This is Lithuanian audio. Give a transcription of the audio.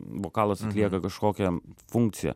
vokalas atlieka kažkokią funkciją